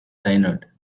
synod